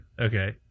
Okay